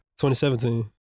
2017